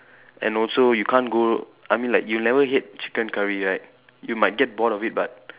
and also you can't go I mean like you'll never hate chicken curry right you might get bored of it but